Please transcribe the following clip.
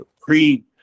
pre